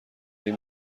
این